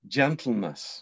gentleness